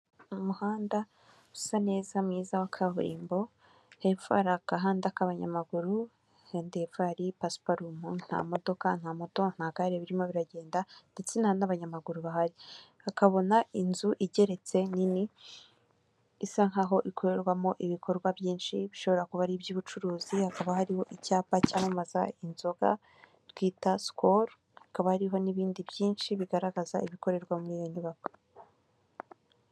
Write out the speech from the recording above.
umuhanda usa neza mwiza wa kaburimbo, hepfo hari agahanda k'abanyamaguru gateye pasiparumu nta modoka nta moto nta gare birimo biragenda ndetse' n'abanyamaguru bahari tukabona inzu igeretse nini, isa nkaho ikorerwamo ibikorwa byinshi bishobora kuba ari iby'ubucuruzi, hakaba hariho icyapa cyamamaza inzoga twita sikoru hakaba hariho n'ibindi byinshi bigaragaza ibikorerwa mu iyo nyubako.